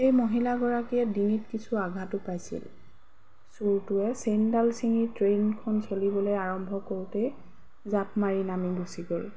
এই মহিলাগৰাকীয়ে ডিঙিত কিছু আঘাটো পাইছিল চোৰটোৱে চেইনডাল চিঙি ট্ৰেইনখন চলিবলৈ আৰম্ভ কৰোঁতেই জাঁপ মাৰ নামি গুচি গ'ল